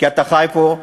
כי אתה חי פה,